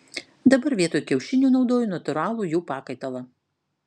dabar vietoj kiaušinių naudoju natūralų jų pakaitalą